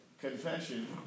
confession